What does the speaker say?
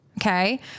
okay